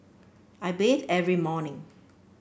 I bathe every morning